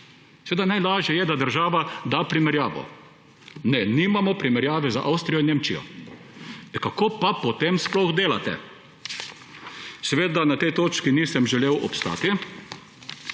Seveda, najlažje je, da država da primerjavo. Ne! Nimamo primerjave z Avstrijo in Nemčije! Ja kako pa potem sploh delate? Seveda na tej točki nisem želel obstati